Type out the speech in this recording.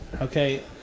Okay